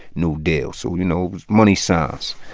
new deal so, you know, money signs.